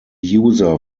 user